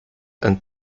and